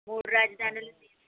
మూడు రాజధానులు ఉన్నాయని